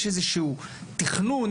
יש איזשהו תכנון?